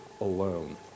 alone